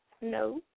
No